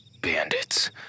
bandits